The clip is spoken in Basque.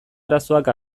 arazoak